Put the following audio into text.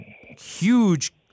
huge